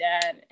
dad